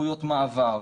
זכויות מעבר,